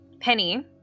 penny